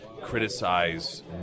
criticize